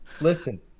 Listen